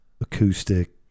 acoustic